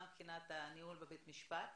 גם מבחינת הניהול בבית משפט,